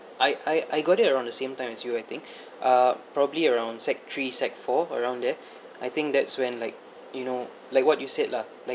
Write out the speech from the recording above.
I I I got it around the same time as you I think uh probably around sec three sec four around there I think that's when like you know like what you said lah like